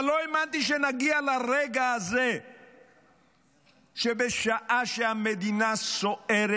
אבל לא האמנתי שנגיע לרגע הזה שבשעה שהמדינה סוערת,